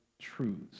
truths